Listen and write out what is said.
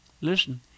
listen